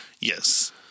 Yes